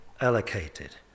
allocated